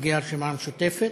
נציגי הרשימה המשותפת,